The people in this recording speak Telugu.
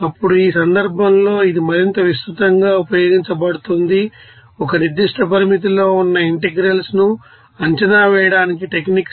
ఇప్పుడు ఈ సందర్భంలో ఇది మరింత విస్తృతంగా ఉపయోగించబడుతోంది ఒక నిర్దిష్ట పరిమితిలో ఉన్న ఇంటిగ్రల్స్ ను అంచనా వేయడానికి టెక్నిక్స్